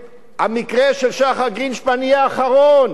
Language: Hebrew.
שהמקרה של שחר גרינשפן יהיה המקרה האחרון